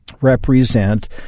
represent